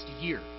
year